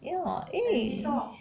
ya eh